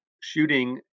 shooting